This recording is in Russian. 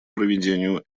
проведению